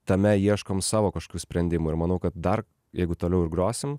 tame ieškom savo kažkokių sprendimų ir manau kad dar jeigu toliau ir grosim